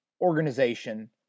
organization